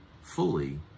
fully